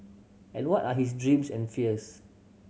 and what are his dreams and fears